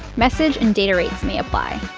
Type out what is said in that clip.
message and data rates may apply.